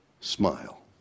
smile